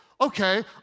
okay